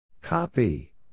Copy